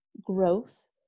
growth